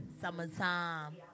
Summertime